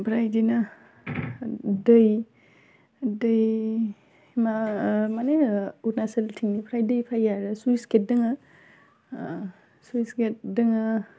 आमफ्राय बिदिनो दै दै मा मानि अरुणाचलथिंनिफ्राय दै फैयो आरो चुइसगेट दङो चुइसगेट दङो